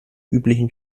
üblichen